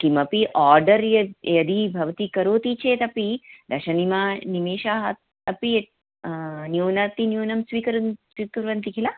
किमपि आर्डर् यद् यदि भवती करोति चेदपि दश निमेषाः निमेषाः अपि य न्यूनातिन्यूनं स्वीकन् स्वीकुर्वन्ति किल